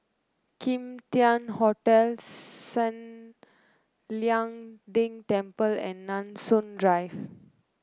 Kim Tian Hotel San Lian Deng Temple and Nanson Drive